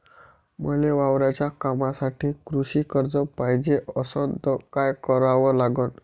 मले वावराच्या कामासाठी कृषी कर्ज पायजे असनं त काय कराव लागन?